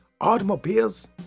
automobiles